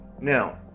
Now